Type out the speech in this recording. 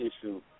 issue